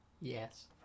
Yes